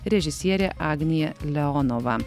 režisierė agnija leonova